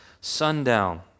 sundown